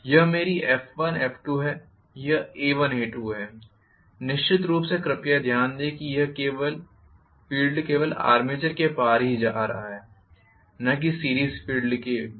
यह मेरी F1F2है यहA1A2है निश्चित रूप से कृपया ध्यान दें कि यह फ़ील्ड केवल आर्मेचर के पार ही आ रहा है न कि सीरीस के फ़ील्ड में भी